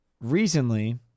Recently